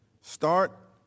Start